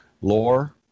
lore